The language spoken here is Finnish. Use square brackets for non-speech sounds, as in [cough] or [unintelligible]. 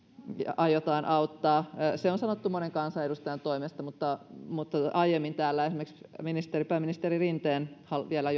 aiotaan auttaa se on sanottu monen kansanedustajan toimesta mutta mutta aiemmin esimerkiksi pääministeri rinne vielä [unintelligible]